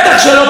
רבותיי,